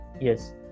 yes